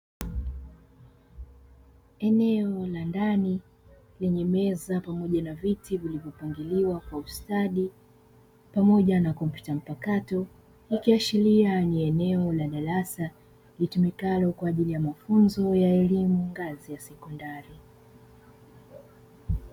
Eneo la ndani lenye meza pamoja na viti vilivyopangiliwa kwa ustadi pamoja na kompyuta mpakato, ikiashiria ni eneo la darasa litumikalo kwa ajili ya mafunzo ya elimu ngazi ya sekondari.